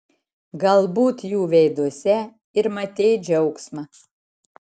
galbūt jų veiduose ir matei džiaugsmą